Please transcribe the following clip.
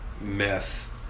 Meth